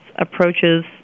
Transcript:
approaches